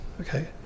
okay